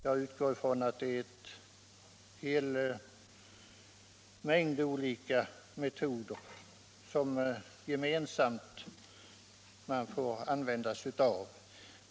Jag utgår för min del från att det är en hel mängd olika metoder som vi får använda gemensamt.